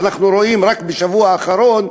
ואנחנו רואים רק בשבוע האחרון,